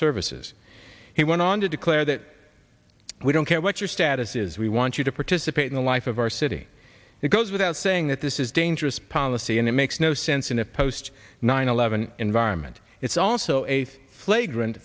services he went on to declare that we don't care what your status is we want you to participate in the life of our city it goes without saying that this is dangerous policy and it makes no sense in the post nine eleven environment it's also a flagrant